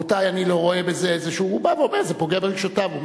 הוא בא ואומר שזה פוגע ברגשותיו.